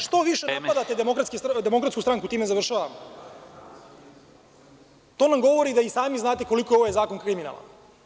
Što više napadate DS, time završavam, to nam govori da i sami znate koliko je ovaj zakon kriminalan.